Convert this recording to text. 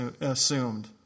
assumed